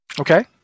Okay